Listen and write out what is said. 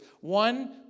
one